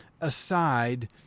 aside